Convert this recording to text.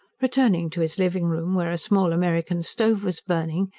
returning to his living-room where a small american stove was burning,